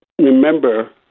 remember